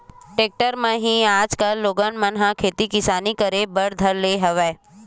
tractor म ही आजकल लोगन मन ह खेती किसानी करे बर धर ले हवय